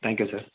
thank you sir